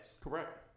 Correct